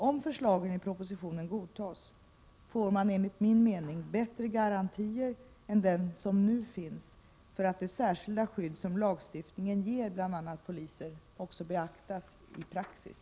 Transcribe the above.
Om förslagen i propositionen godtas, får man enligt min mening bättre garantier än de som finns nu för att det särskilda skydd som lagstiftningen ger bl.a. poliser också beaktas i praxis.